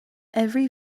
every